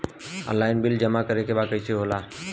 Online bill जमा करे के बा कईसे होगा?